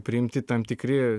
priimti tam tikri